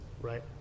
right